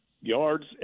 yards